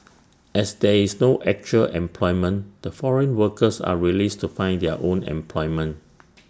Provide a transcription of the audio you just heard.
as there is no actual employment the foreign workers are released to find their own employment